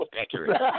Accurate